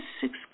sixth